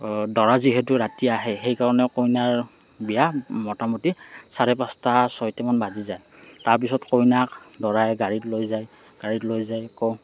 দৰা যিহেতো ৰাতি আহে সেইকাৰণে কইনাৰ বিয়া মোটা মোটি চাৰে পাঁচটা ছয়টামান বাজি যায় তাৰ পিছত কইনাক দৰাই গাড়ীত লৈ যায় গাড়ীত লৈ যায় আকৌ